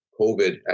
COVID